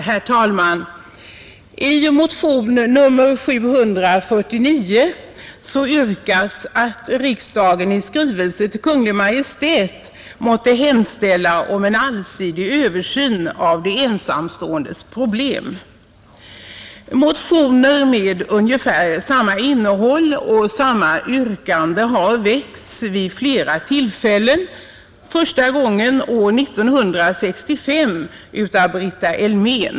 Herr talman! I motionen 749 yrkas att riksdagen i skrivelse till Kungl. Maj:t måtte hemställa om en allsidig översyn av de ensamståendes problem. Motioner med ungefär samma innehåll och samma yrkande har väckts vid flera tillfällen, första gången år 1965 av Brita Elmén.